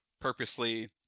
purposely